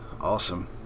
Awesome